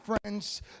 friends